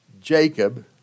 Jacob